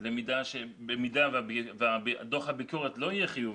אבל במידה ודוח הביקורת לא יהיה חיובי,